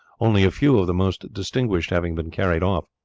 only a few of the most distinguished having been carried off.